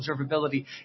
observability